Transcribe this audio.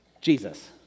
Jesus